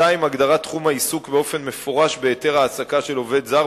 2. הגדרת תחום העיסוק באופן מפורש בהיתר ההעסקה של עובד זר